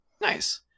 Nice